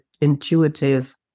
intuitive